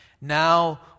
Now